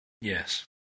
Yes